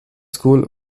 school